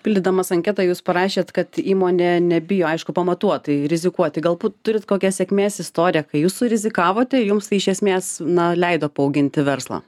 pildydamas anketą jūs parašėt kad įmonė nebijo aišku pamatuotai rizikuoti galbūt turit kokią sėkmės istoriją kai jūs surizikavote jums tai iš esmės na leido paauginti verslą